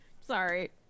Sorry